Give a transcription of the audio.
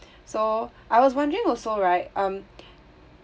so I was wondering also right um